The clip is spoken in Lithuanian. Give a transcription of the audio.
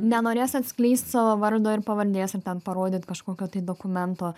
nenorės atskleist savo vardo ir pavardės ir ten parodyt kažkokio tai dokumento